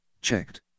Checked